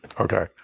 okay